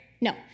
no